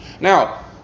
Now